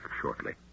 shortly